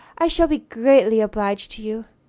i shall be greatly obliged to you.